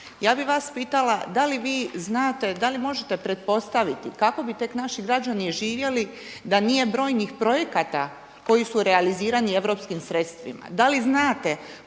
Ja bih vas pitala, da li vi znate, da li možete pretpostaviti kako bi tek naši građani živjeli da nije brojnih projekata koji su realizirani europskim sredstvima?